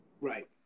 Right